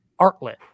Artlet